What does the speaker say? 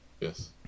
yes